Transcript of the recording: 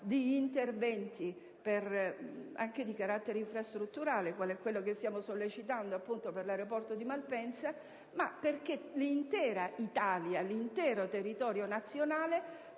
di interventi, anche di carattere infrastrutturale, quale quello che stiamo sollecitando per l'aeroporto di Malpensa, ma anche l'occasione affinché l'intero territorio nazionale